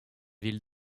villes